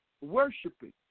worshiping